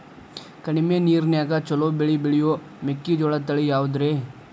ಕಡಮಿ ನೇರಿನ್ಯಾಗಾ ಛಲೋ ಬೆಳಿ ಬೆಳಿಯೋ ಮೆಕ್ಕಿಜೋಳ ತಳಿ ಯಾವುದ್ರೇ?